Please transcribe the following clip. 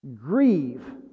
Grieve